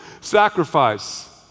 sacrifice